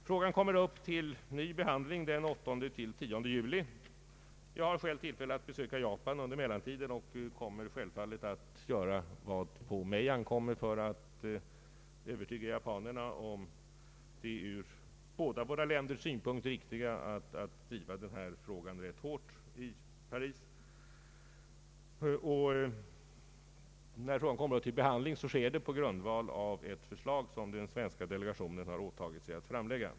Frågan kommer upp till ny behandling den 8—10 juli. Jag har själv tillfälle att besöka Japan under mellantiden och kommer självfallet att göra vad på mig ankommer för att övertyga japanerna om att det ur båda våra länders synpunkt är riktigt att driva denna fråga hårt i Paris. När frågan kommer upp till behandling sker det på grundval av ett förslag som den svenska delegationen har åtagit sig att framlägga.